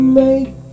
make